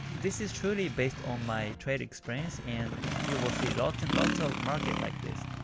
this is truly based on my trade experience, and you will see lots and lots of market like this.